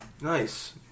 Nice